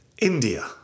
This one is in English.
India